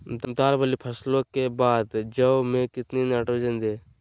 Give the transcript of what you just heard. दाल वाली फसलों के बाद में जौ में कितनी नाइट्रोजन दें?